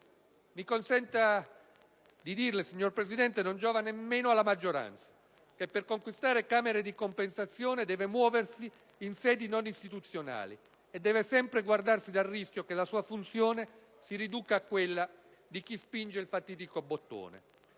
Mi consenta di dirle, signor Presidente, che non giova nemmeno alla maggioranza, che per conquistare camere di compensazione deve muoversi in sedi non istituzionali, e deve sempre guardarsi dal rischio che la sua funzione si riduca a quella di chi spinge il fatidico bottone.